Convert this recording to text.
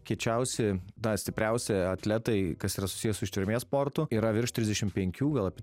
kiečiausi tą stipriausi atletai kas yra susiję su ištvermės sportu yra virš trisdešimt penkių gal apie